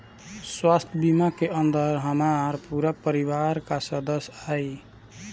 स्वास्थ्य बीमा के अंदर हमार पूरा परिवार का सदस्य आई?